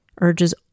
Urges